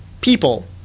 people